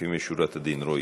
לפנים משורת הדין, רועי,